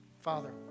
Father